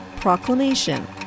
Proclamation